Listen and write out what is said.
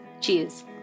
Cheers